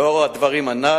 לאור הדברים הנ"ל,